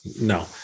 no